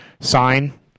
sign